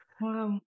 Wow